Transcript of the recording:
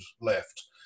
left